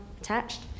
attached